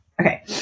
Okay